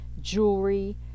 jewelry